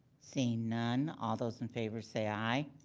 seeing none, all those in favor say aye.